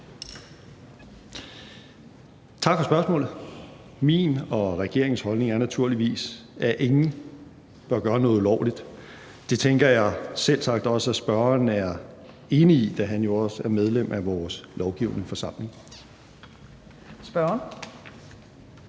Tak for spørgsmålet. Min og regeringens holdning er naturligvis, at ingen bør gøre noget ulovligt. Det tænker jeg selvsagt også at spørgeren er enig i, da han jo også er medlem af vores lovgivende forsamling. Kl.